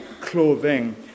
clothing